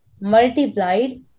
multiplied